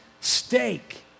steak